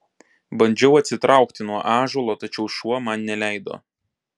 bandžiau atsitraukti nuo ąžuolo tačiau šuo man neleido